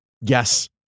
Yes